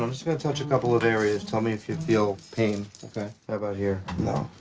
i'm just gonna touch a couple of areas, tell me if you feel pain okay? how about here? no.